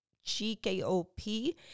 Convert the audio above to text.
G-K-O-P